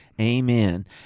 Amen